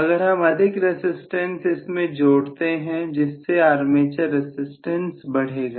अगर हम अधिक रसिस्टेंस इसमें जोड़ते हैं जिससे आर्मेचर रसिस्टेंस बढ़ेगा